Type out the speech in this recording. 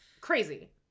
crazy